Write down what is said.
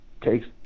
takes